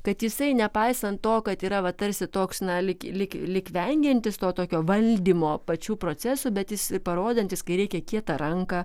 kad jisai nepaisant to kad yra va tarsi toks na lyg lyg lyg vengiantis to tokio valdymo pačių procesų bet jis parodantis kai reikia kietą ranką